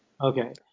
Okay